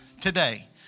today